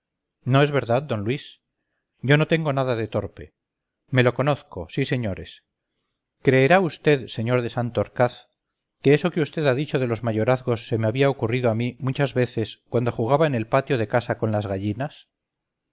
no es verdad d luis yo no tengo nada de torpe me lo conozco sí señores creerá vd sr de santorcaz que eso que vd ha dicho de los mayorazgos se me había ocurrido a mí muchas veces cuando jugaba en el patio de casa con las gallinas